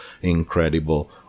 incredible